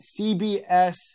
CBS